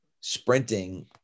sprinting